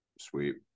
Sweet